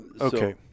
Okay